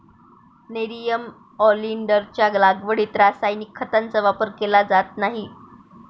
nerium ऑलिंडरच्या लागवडीत रासायनिक खतांचा वापर केला जात नाही